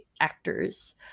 actors